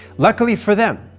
luckily for them,